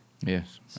Yes